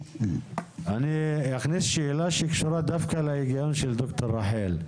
אני אכניס שאלה דווקא שקשורה להיגיון של ד"ר רחל,